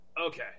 okay